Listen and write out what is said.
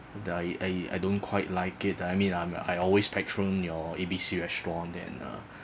I I I don't quite like it I mean I'm I always patron your A B C restaurant and uh